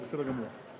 בסדר גמור.